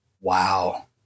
Wow